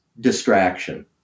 distraction